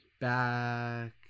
back